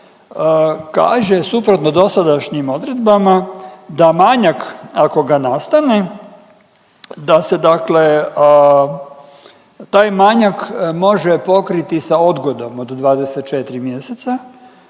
kaže suprotno dosadašnjim odredbama da manjak ako ga nastane da se dakle taj manjak može pokriti sa odgodom od 24 mjeseca